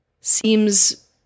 seems